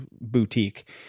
boutique